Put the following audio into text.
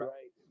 Right